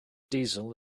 diesel